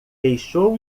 deixou